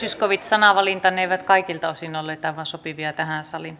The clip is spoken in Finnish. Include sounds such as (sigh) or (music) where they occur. (unintelligible) zyskowicz sanavalintanne eivät kaikilta osin olleet aivan sopivia tähän saliin